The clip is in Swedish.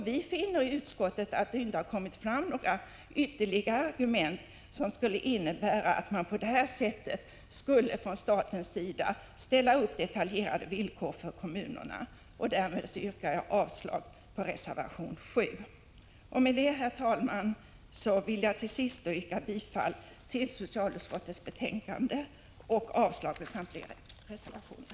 Vi finner i utskottet att det inte har kommit fram några ytterligare argument som skulle innebära att man på det här sättet från statens sida bör ställa upp detaljerade villkor för kommunerna. Därmed yrkar jag avslag på reservation 7. Till sist, herr talman, vill jag yrka bifall till socialutskottets hemställan och avslag på samtliga reservationer.